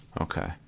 Okay